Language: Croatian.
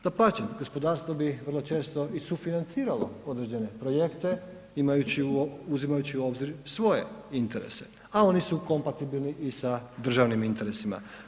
Dapače, gospodarstvo bi vrlo često i sufinanciralo određene projekte uzimajući u obzir svoje interese a oni su kompatibilni i sa državnim interesima.